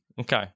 Okay